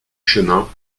chemin